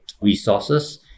resources